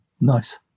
Nice